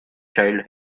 child